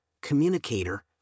communicator